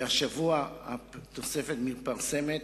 והשבוע התוספת מתפרסמת.